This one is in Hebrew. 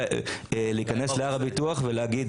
להיכנס להר הביטוח ולהגיד